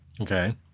Okay